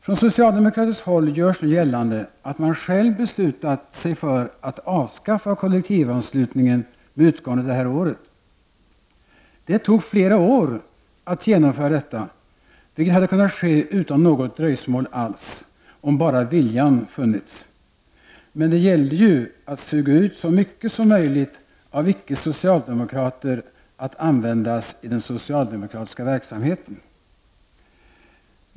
Från socialdemokratiskt håll görs nu gällande att man själv beslutat sig för att avskaffa kollektivanslutningen med utgången av detta år. Det tog flera år att genomföra detta, vilket hade kunnat ske utan något dröjsmål alls, om bara viljan funnits. Men det gällde ju att suga ut så mycket som möjligt av icke-socialdemokrater, att användas i den socialdemokratiska verksamheten.